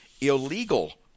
illegal